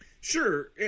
Sure